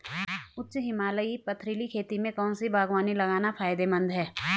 उच्च हिमालयी पथरीली खेती में कौन सी बागवानी लगाना फायदेमंद है?